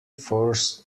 forced